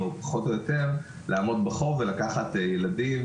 לעמוד בחוף ולקחת ילדים,